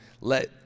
let